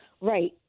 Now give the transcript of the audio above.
Right